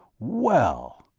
well!